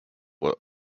were